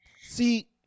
see